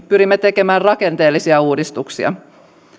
pyrimme tekemään rakenteellisia uudistuksia